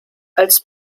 als